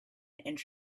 inch